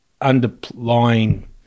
underlying